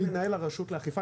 אני מנהל הרשות לאכיפה.